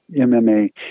MMA